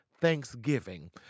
Thanksgiving